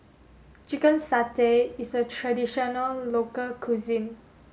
chicken satay is a traditional local cuisine